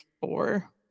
four